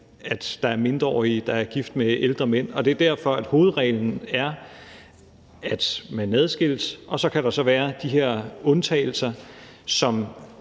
at der er mindreårige, der er gift med ældre mænd. Det er derfor, at hovedreglen er, at man adskilles, og så kan der være de her undtagelser, som